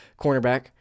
Cornerback